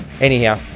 Anyhow